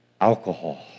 alcohol